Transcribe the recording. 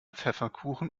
pfefferkuchen